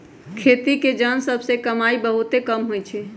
खेती के जन सभ के कमाइ बहुते कम होइ छइ